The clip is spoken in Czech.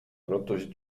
protože